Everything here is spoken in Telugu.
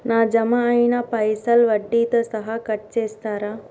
నా జమ అయినా పైసల్ వడ్డీతో సహా కట్ చేస్తరా?